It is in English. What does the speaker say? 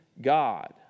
God